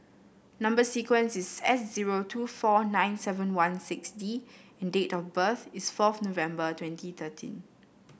number sequence is S zero two four nine seven one six D and date of birth is fourth November twenty thirteen